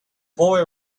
boy